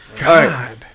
God